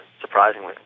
surprisingly